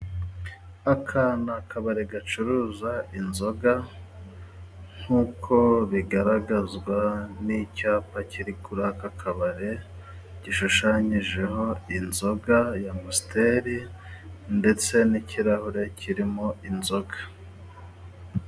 Aka ni akabari gacuruza inzoga nkuko bigaragazwa n'icyapa kiri kuri aka kabari gishushanyijeho inzoga y' amusiteri ndetse n'ikirahure kirimo inzoga.